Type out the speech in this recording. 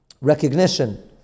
recognition